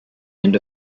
end